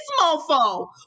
mofo